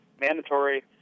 Mandatory